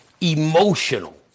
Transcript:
emotional